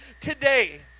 today